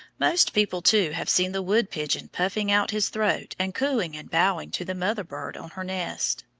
most people too, have seen the wood-pigeon puffing out his throat and cooing and bowing to the mother bird on her nest.